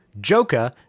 Joker